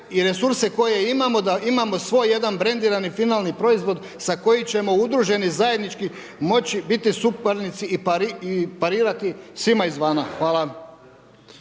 i resurse koje imamo, da imamo svoj jedan brendirani finalni proizvod, sa kojim ćemo udruženi, zajednički, može biti suparnici i parirati svima iz vama. Hvala.